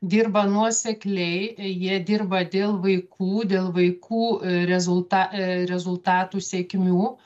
dirba nuosekliai jie dirba dėl vaikų dėl vaikų rezultata rezultatų sėkmių